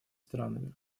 странами